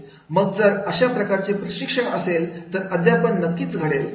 मग जर अशा प्रकारचे प्रशिक्षण असेल तर अध्यापन नक्कीच घडेल